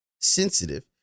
sensitive